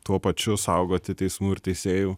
tuo pačiu saugoti teismų ir teisėjų